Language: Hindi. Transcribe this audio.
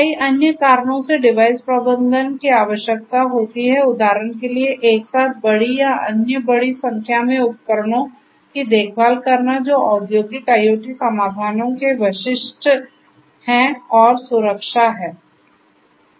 कई अन्य कारणों से डिवाइस प्रबंधन की आवश्यकता होती हैउदाहरण के लिए एक साथ बड़ी या अन्य बड़ी संख्या में उपकरणों की देखभाल करना जो औद्योगिक IoT समाधानों के विशिष्ट हैं और सुरक्षा है